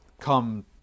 come